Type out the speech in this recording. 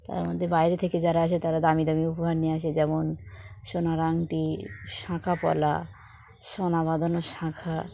তার মধ্যে বাইরে থেকে যারা আসে তারা দামি দামি উপহার নিয়ে আসে যেমন সোনার আংটি শাঁখাাপলা সোনা বাঁধানো শাঁখা